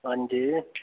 हां जी